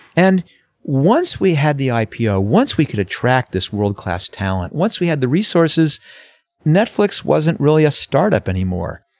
and once we had the ah ipo once we could attract this world class talent once we had the resources netflix wasn't really a startup anymore.